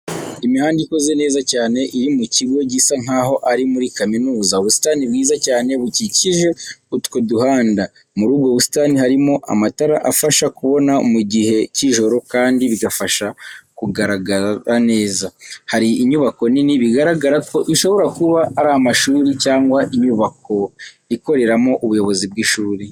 Imihanda ikoze neza cyane iri mu kigo gisa nk'aho ari muri kaminuza, ubusitani bwiza cyane bukikije utwo duhanda. Muri ubwo busitani harimo amatara afasha kubona mu gihe cy'ijoro kandi bigafasha kugaragara neza. Hari inyubako nini bigaragara ko ishobora kuba ari amashuri cyangwa inyubako ikoreramo ubuyobozi bw'ishuri.